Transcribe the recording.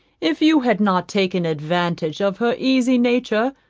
if you had not taken advantage of her easy nature,